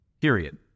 period